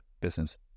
business